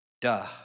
Duh